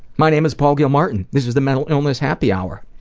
my name is paul gilmartin. this is the mental illness happy hour,